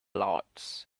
lights